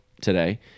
today